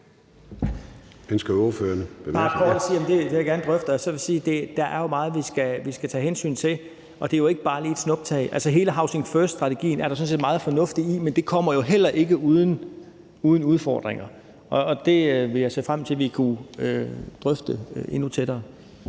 Og så vil jeg sige, at der jo er meget, vi skal tage hensyn til, og det klares jo ikke bare lige med et snuptag. Altså, hele housing first-strategien er der sådan set meget fornuftigt i, men det kommer jo heller ikke uden udfordringer. Og det vil jeg se frem til at vi kunne drøfte endnu tættere.